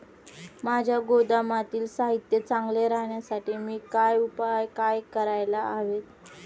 माझ्या गोदामातील साहित्य चांगले राहण्यासाठी मी काय उपाय काय करायला हवेत?